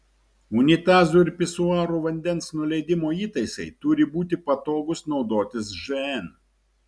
unitazų ir pisuarų vandens nuleidimo įtaisai turi būti patogūs naudotis žn